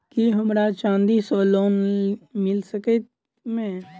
की हमरा चांदी सअ लोन मिल सकैत मे?